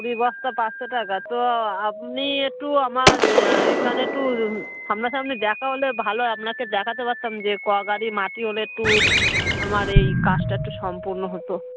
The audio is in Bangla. কুড়ি বস্তা পাঁচশো টাকা তো আপনি একটু আমার এখানে একটু সামনা সামনি দেখা হলে ভালো হয় আপনাকে দেখাতে পারতাম যে ক গাড়ি মাটি হলে একটু আমার এই কাজটা একটু সম্পূর্ণ হতো